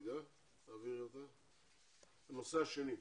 הנושא השני.